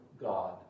god